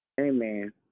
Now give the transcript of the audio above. Amen